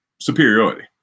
superiority